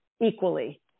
equally